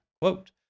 Quote